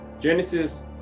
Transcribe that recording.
Genesis